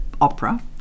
opera